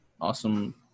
awesome